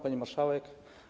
Pani Marszałek!